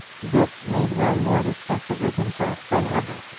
this made will more disgusted with himself than ever,